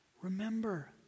Remember